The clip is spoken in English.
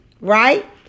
right